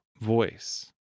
voice